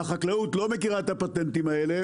והחקלאות לא מכירה את הפטנטים האלה